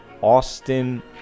austin